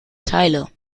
teile